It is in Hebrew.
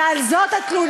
ועל זה התלונה,